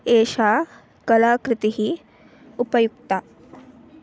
एषा कलाकृतिः उपयुक्ता